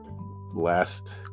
last